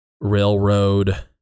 railroad